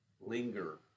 linger